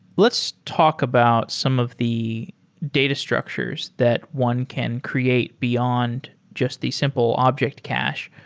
let's talk about some of the data structures that one can create beyond just the simple object cache.